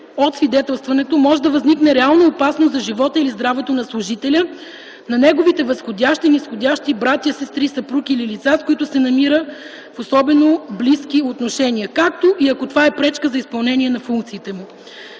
от „свидетелстването може да възникне реална опасност за живота или здравето на служителя, на неговите възходящи, низходящи, братя, сестри, съпруг или лица, с които се намира в особено близки отношения, както и ако това е пречка за изпълнение на функциите му”.